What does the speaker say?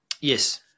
Yes